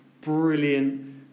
brilliant